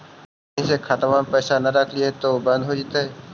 बहुत दिन से खतबा में पैसा न रखली हेतू बन्द हो गेलैय?